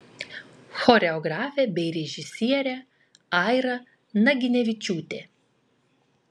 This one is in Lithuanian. choreografė bei režisierė aira naginevičiūtė